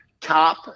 top